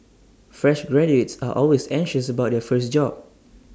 fresh graduates are always anxious about their first job